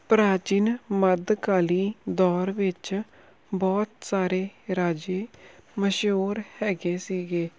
ਪ੍ਰਾਚੀਨ ਮੱਧ ਕਾਲੀਨ ਦੌਰ ਵਿੱਚ ਬਹੁਤ ਸਾਰੇ ਰਾਜੇ ਮਸ਼ਹੂਰ ਹੈਗੇ ਸੀਗੇ